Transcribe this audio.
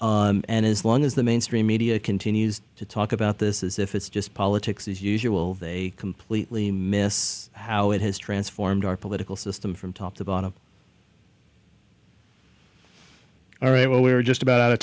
and as long as the mainstream media continues to talk about this is if it's just politics as usual they completely miss how it has transformed our political system from top to bottom all right well we're just about